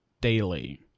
Daily